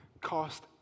cost